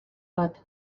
bat